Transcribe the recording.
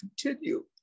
continue